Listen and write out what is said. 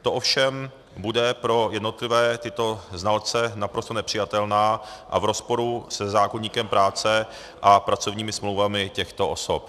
To ovšem bude pro jednotlivé tyto znalce naprosto nepřijatelné a v rozporu se zákoníkem práce a pracovními smlouvami těchto osob.